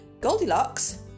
Goldilocks